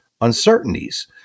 uncertainties